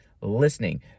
Listening